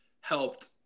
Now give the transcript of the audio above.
helped